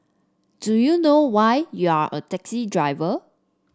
do you know why you're a taxi driver